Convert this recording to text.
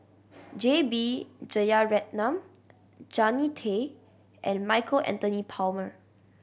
J B Jeyaretnam Jannie Tay and Michael Anthony Palmer